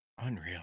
Unreal